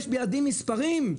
יש בידי מספרים,